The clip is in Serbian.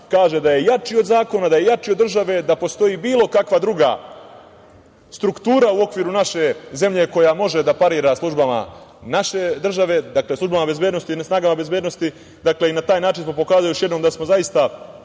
kaže da je jači od zakona, da je jači od države, da postoji bilo kakva druga struktura u okviru naše zemlje koja može da parira službama naše države, dakle službama bezbednosti, snagama bezbednosti. Na taj način smo pokazali još jednom da smo